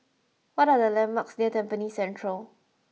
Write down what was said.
what are the landmarks near Tampines Central